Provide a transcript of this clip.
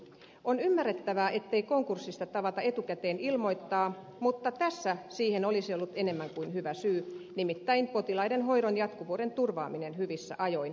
on ymmärrettävää ettei konkurssista tavata etukäteen ilmoittaa mutta tässä siihen olisi ollut enemmän kuin hyvä syy nimittäin potilaiden hoidon jatkuvuuden turvaaminen hyvissä ajoin